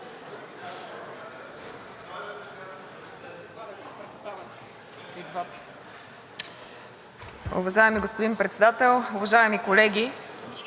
Уважаеми господин Председател, уважаеми колеги!